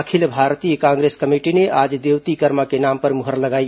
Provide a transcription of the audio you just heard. अखिल भारतीय कांग्रेस कमेटी ने आज देवती कर्मा के नाम मुहर लगाई